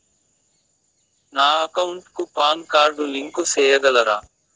నా అకౌంట్ కు PAN card link సేయగలరా?